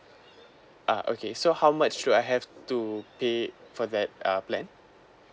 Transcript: ah okay so how much should I have to pay for that uh plan